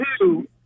two